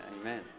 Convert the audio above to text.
Amen